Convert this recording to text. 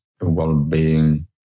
well-being